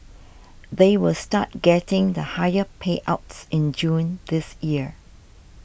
they will start getting the higher payouts in June this year